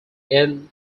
end